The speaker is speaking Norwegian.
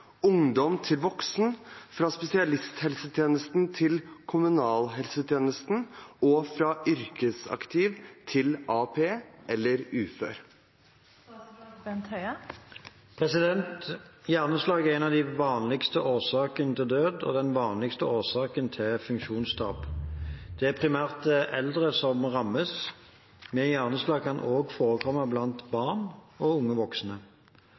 ungdom, fra ungdom til voksen, fra spesialisthelsetjenesten til kommunalhelsetjenesten, og fra yrkesaktiv til AAP/ufør?» Hjerneslag er en av de vanligste årsakene til død og den vanligste årsaken til funksjonstap. Det er primært eldre som rammes, men hjerneslag kan også forekomme blant barn og unge voksne.